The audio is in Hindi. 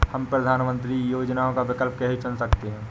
हम प्रधानमंत्री योजनाओं का विकल्प कैसे चुन सकते हैं?